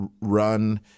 run